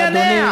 אדוני,